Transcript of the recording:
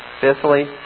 Fifthly